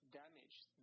damaged